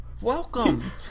Welcome